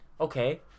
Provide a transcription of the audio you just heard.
okay